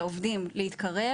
לעובדים להתקרב.